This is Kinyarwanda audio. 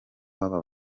w’aba